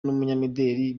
n’umunyamideli